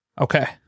Okay